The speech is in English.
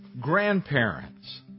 grandparents